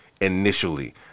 initially